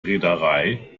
reederei